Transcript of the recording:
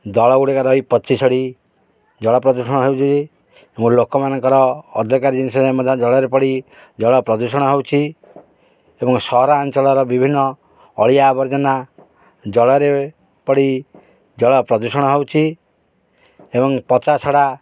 ଦଳଗୁଡ଼ିକ ରହି ପଚିଶଡ଼ି ଜଳ ପ୍ରଦୂଷଣ ହଉଚି ଏବଂ ଲୋକମାନଙ୍କର ଅଧିକାର ଜିନିଷରେ ମଧ୍ୟ ଜଳରେ ପଡ଼ି ଜଳ ପ୍ରଦୂଷଣ ହେଉଛି ଏବଂ ସହରାଞ୍ଚଳର ବିଭିନ୍ନ ଅଳିଆ ଆବର୍ଜନା ଜଳରେ ପଡ଼ି ଜଳ ପ୍ରଦୂଷଣ ହେଉଛି ଏବଂ ପଚାଶଢ଼ା